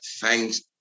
thanks